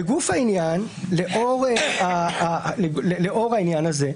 לאור העניין הזה,